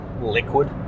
liquid